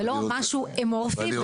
ולא משהו אמורפי.